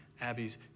Abby's